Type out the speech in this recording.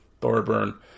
Thorburn